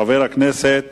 חבר הכנסת